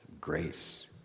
grace